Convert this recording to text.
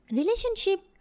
relationship